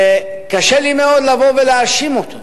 קשה לי מאוד לבוא ולהאשים אותו,